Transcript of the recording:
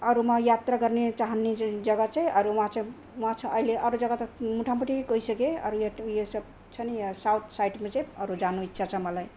अरूमा यात्रा गर्ने चाहने जग्गा चाहिँ अरूमा चाहिँ वहाँ छ अहिले अरू जग्गा त मोटामोटी गइसकेँ अरू यो यो सब छ नि यहाँ साउथ साइडमा चाहिँ अरू जानु इच्छा छ मलाई